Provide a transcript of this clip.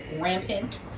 rampant